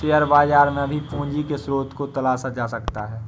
share बाजार में भी पूंजी के स्रोत को तलाशा जा सकता है